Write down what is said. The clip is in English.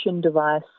device